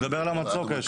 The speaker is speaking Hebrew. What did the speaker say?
על המצוק.